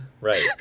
Right